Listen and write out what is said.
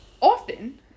often